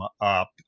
up